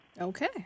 Okay